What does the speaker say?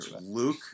Luke